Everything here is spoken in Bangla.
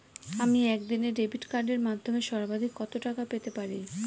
আমি একদিনে ডেবিট কার্ডের মাধ্যমে সর্বাধিক কত টাকা পেতে পারি?